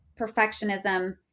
perfectionism